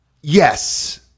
yes